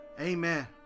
Amen